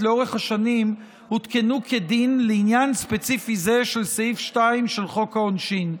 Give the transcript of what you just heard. לאורך השנים הותקנו כדין לעניין ספציפי זה של סעיף 2 של חוק העונשין.